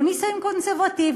יהיו נישואים קונסרבטיביים,